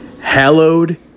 Hallowed